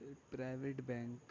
private bank